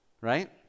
Right